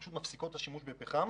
החלטות שפשוט מפסיקות את השימוש בפחם.